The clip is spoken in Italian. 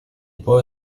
può